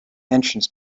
entrance